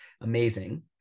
amazing